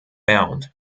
bound